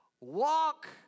Walk